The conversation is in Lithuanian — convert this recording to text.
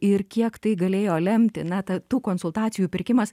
ir kiek tai galėjo lemti na ta tų konsultacijų pirkimas